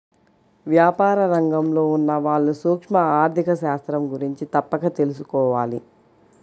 వ్యాపార రంగంలో ఉన్నవాళ్ళు సూక్ష్మ ఆర్ధిక శాస్త్రం గురించి తప్పక తెలుసుకోవాలి